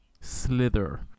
Slither